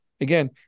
again